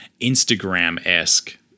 Instagram-esque